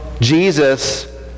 Jesus